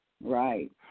Right